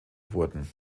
wurden